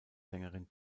sängerin